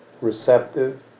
receptive